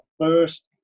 first